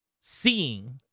seeing